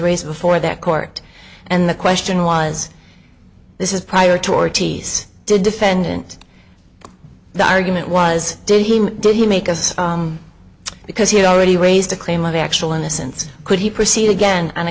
raised before that court and the question was this is prior to or ts did defendant the argument was did he mean did he make us because he already raised a claim of actual innocence could he proceed again and a